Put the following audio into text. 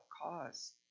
cause